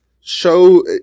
show